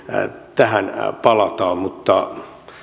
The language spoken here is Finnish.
tähän palataan mutta